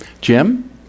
Jim